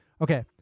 Okay